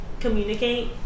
Communicate